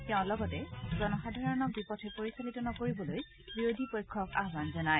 তেওঁ লগতে জনসাধাৰণক বিপথে পৰিচালিত নকৰিবলৈ বিৰোধী পক্ষক আহান জনায়